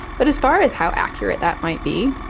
but as far as how accurate that might be,